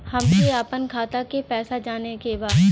हमके आपन खाता के पैसा जाने के बा